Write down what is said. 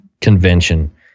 convention